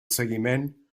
seguiment